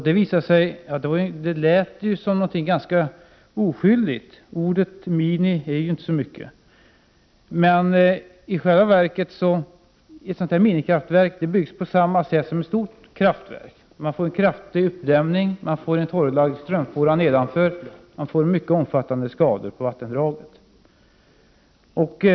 Det lät som något ganska oskyldigt — ordet mini är ju inte så mycket — men i själva verket byggs ett minikraftverk på samma sätt som ett stort kraftverk. Man får en kraftig uppdämning, en torrlagd strömfåra nedanför kraftverket och mycket omfattande skador på vattendraget.